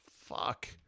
fuck